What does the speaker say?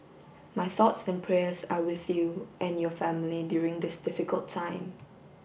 my thoughts and prayers are with you and your family during this difficult time